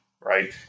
right